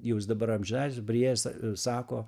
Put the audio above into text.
jau jis dabar amžiną atilsį priėjo sa sako